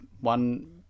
one